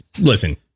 listen